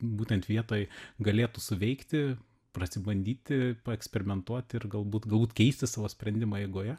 būtent vietoj galėtų suveikti prasibandyti paeksperimentuoti ir galbūt galbūt keisti savo sprendimą eigoje